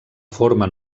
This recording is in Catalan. forma